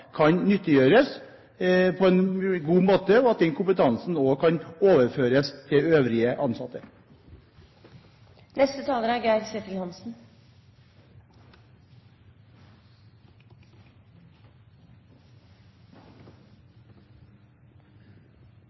kan nyttiggjøres på en god måte, og at den kompetansen også kan overføres til øvrige ansatte.